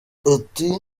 ati